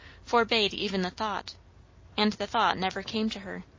forbade even the thought and the thought never came to her.